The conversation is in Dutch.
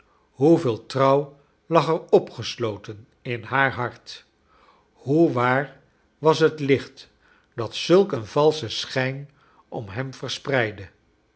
hoeveel trouw lag er opgesloten in haar hart hoe waar was het licht dat zulk een valschen schijn om iiem verspreidde